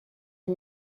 and